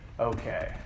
okay